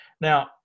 Now